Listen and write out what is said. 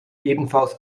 ebenfalls